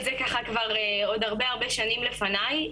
זה ככה כבר עוד הרבה הרבה שנים לפניי,